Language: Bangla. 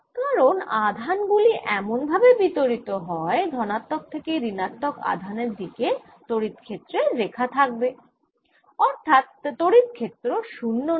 কারণ আধান গুলি এমন ভাবে বিতরিত হয় ধনাত্মক থেকে ঋণাত্মক আধানের দিকে তড়িৎ রেখা থাকবে অর্থাৎ তড়িৎ ক্ষেত্র শুন্য নয়